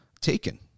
taken